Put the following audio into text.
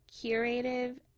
curative